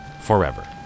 forever